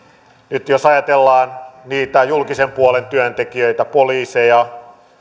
nyt jos ajatellaan niitä julkisen puolen työntekijöitä poliiseja